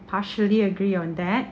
partially agree on that